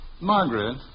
Margaret